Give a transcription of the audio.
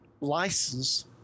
license